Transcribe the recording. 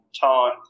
time